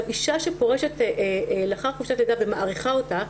אישה שפורשת לאחר חופשת לידה ומאריכה אותה,